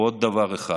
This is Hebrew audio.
ועוד דבר אחד.